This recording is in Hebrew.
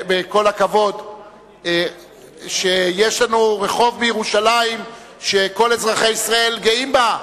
כל הכבוד שיש לנו רחוב בירושלים שכל אזרחי ישראל גאים בו,